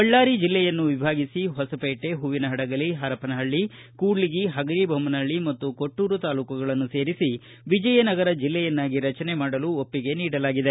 ಬಳ್ದಾರಿ ಜಿಲ್ಲೆಯನ್ನು ವಿಭಾಗಿಸಿ ಹೊಸಪೇಟೆ ಹೂವಿನಹಡಗಲಿ ಪರಪನಹಳ್ಳಿ ಕೂಡ್ಲಿಗಿ ಹಗರಿಬೊಮ್ನಹಳ್ಳಿ ಮತ್ತು ಕೊಟ್ಟೂರು ತಾಲ್ಲೂಕುಗಳನ್ನು ಸೇರಿಸಿ ವಿಜಯನಗರ ಜಿಲ್ಲೆಯನ್ನಾಗಿ ರಚನೆ ಮಾಡಲು ಒಪ್ಪಿಗೆ ನೀಡಲಾಗಿದೆ